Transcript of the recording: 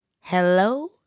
Hello